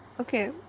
okay